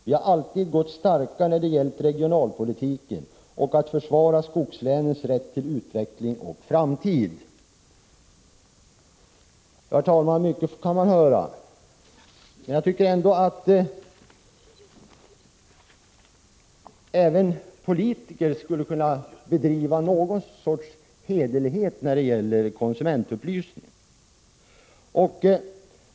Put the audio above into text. Vi har alltid stått starka när det gällt regionalpolitiken och att försvara skogslänens rätt till utveckling och framtid.” Ja, herr talman, mycket skall man höra. Jag tycker att även politiker skulle kunna iaktta någon sorts hederlighet när det gäller konsumentupplysning.